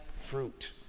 fruit